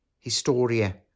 Historia